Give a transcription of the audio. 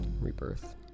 rebirth